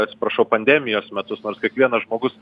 atsiprašau pandemijos metus nors kiekvienas žmogus